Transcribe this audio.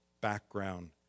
background